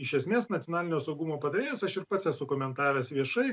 iš esmės nacionalinio saugumo patarėjas aš ir pats esu komentavęs viešai